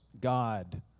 God